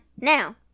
now